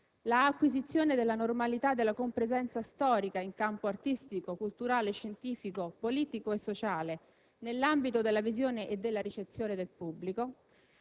l'acquisizione della normalità della compresenza storica in campo artistico, culturale, scientifico, politico e sociale nell'ambito della visione e della ricezione del pubblico;